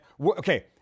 Okay